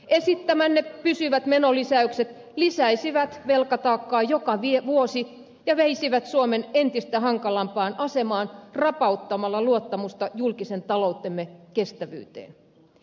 esittämänne pysyvät menolisäykset lisäisivät velkataakkaa joka vuosi ja veisivät suomen entistä hankalampaan asemaan rapauttamalla luottamusta julkisen taloutemme kestävyyteen